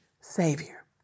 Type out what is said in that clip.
Savior